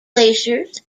glaciers